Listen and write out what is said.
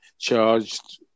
charged